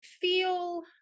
feel